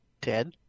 dead